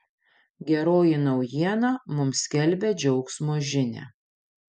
geroji naujiena mums skelbia džiaugsmo žinią